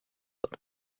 wird